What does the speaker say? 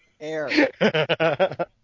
air